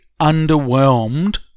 underwhelmed